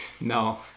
No